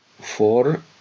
Four